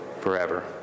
forever